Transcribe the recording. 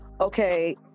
okay